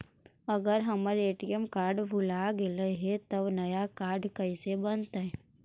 अगर हमर ATM card भुला गैलै हे तब नया काड कइसे बनतै?